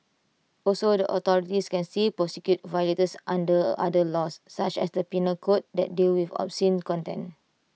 also the authorities can save prosecute violators under other laws such as the Penal code that deal with obscene content